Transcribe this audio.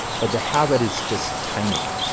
but the habit is just tiny.